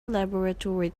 laboratory